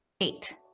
Eight